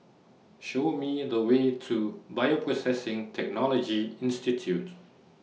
Show Me The Way to Bioprocessing Technology Institute